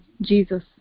Jesus